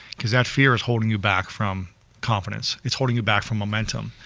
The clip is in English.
cause that fear is holding you back from confidence, it's holding you back from momentum,